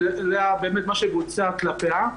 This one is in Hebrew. באמת את מה שבוצע כלפיה.